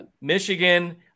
Michigan